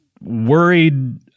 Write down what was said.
worried